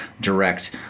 Direct